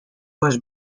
was